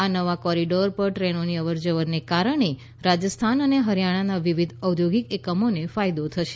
આ નવા કોરીડોર પર ટ્રેનોની અવરજવરને કારણે રાજસ્થાન અને હરિયાણાના વિવિધ ઔદ્યોગિક એકમોને ફાયદો થશે